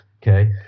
Okay